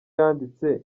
yanditse